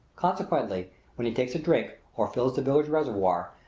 consequently when he takes a drink or fills the village reservoir,